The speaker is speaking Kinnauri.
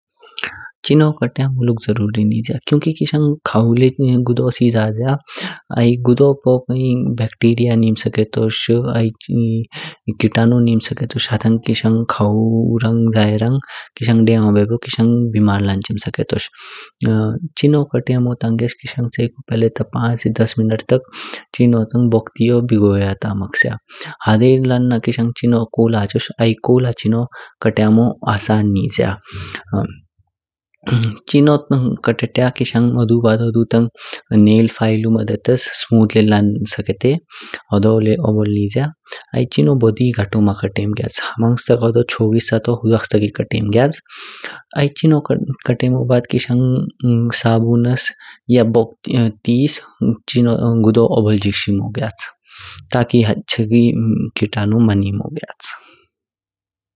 चिनो क्त्यम मुलुक जरुरी निज्या क्योंकि किशंग खावु ल्य्य गुदोस ही जाज्या आई गुडू खी बेक्टिरिया निम स्केटोश। आई कीटाणु निम स्केटोश हतांग किशंग खावु रांल जये रंग किशंग देयानो बेओबेओ किशंग बिमार लांचीम स्केटोश। चिनो कतेमो तांगेस किशंग च्यिकु पहले ता पाँच से दस मिन्टूए तक चिनू तंग बोक टेओ बीगोंयया तांकि। हेज लन्ना किशंग चिनो कोला हाचोश आई कोला चिनो क्तायमो आसान निज्या। चिनू तांग क्तात्या किशंग हुडू बाद हुडू तांग नाइल फाइललु मधीधस स्मूथ ल्य्य लान स्केटे। होडो ल्य्य ओबोल निज्या। आई चिनो बोदी गौतो ल्य्य मा कतेमो ग्याच हमरंगस तक होडो चौग हिस्सा तो हुड़वक्स तक ही कतेम ग्याच। आई चिनो कतेमो बाद किशंग साबुन्स बोकटेस चिनो गुदो ओबोल गिक्शिमो गुच, ताकि चालय कीटाणु मानिमो ग्याच।